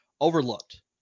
overlooked